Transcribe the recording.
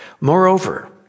Moreover